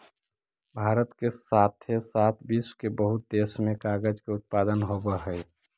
भारत के साथे साथ विश्व के बहुते देश में कागज के उत्पादन होवऽ हई